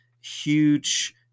huge